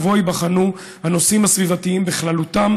ובו ייבחנו הנושאים הסביבתיים בכללותם,